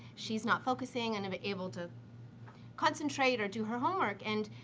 she's not focusing and and able to concentrate or do her homework. and,